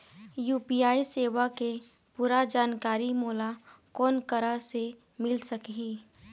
UPI सेवा के पूरा जानकारी मोला कोन करा से मिल सकही?